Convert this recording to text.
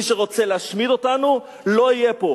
מי שרוצה להשמיד אותנו, לא יהיה פה.